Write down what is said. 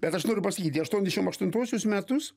bet aš noriu pasakyti aštuoniadešim aštuntuosius metus